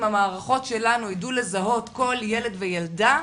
המערכות שלנו ידעו לזהות כל ילד וילדה,